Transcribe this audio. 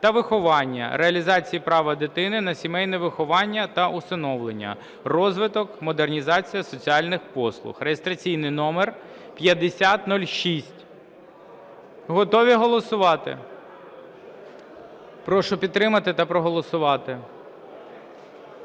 та виховання, реалізації права дитини на сімейне виховання та усиновлення, розвитку (модернізації) соціальних послуг (реєстраційний номер 5006). Готові голосувати? Прошу підтримати та проголосувати.